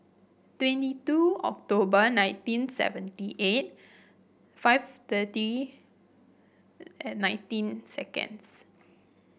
twenty two October nineteen seventy eight five thirty and nineteen seconds